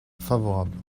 favorable